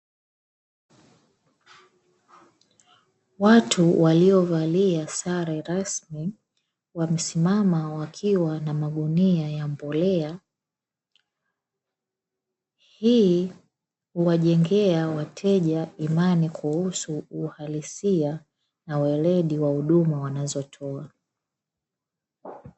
Watu waliovalia sare rasmi wamesimama wakiwa na magunia ya mbolea, hii huwajengea wateja imani kuhusu uhalisia na weledi wa huduma wanazotoa.